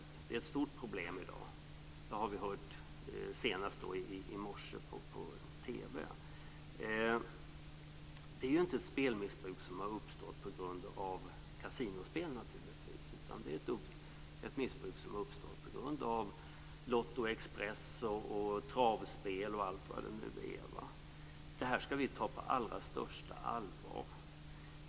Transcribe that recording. Det är i dag ett stort problem. Det har vi hört senast i dag i morse på TV. Det är inte ett spelmissbruk som har uppstått på grund av kasinospel, utan det har uppstått på grund av lotto express, travspel och allt vad det nu är. Det skall vi ta på allra största allvar.